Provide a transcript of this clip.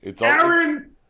Aaron